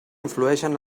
influïxen